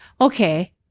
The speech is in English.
okay